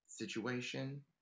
situation